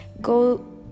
go